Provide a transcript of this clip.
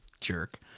jerk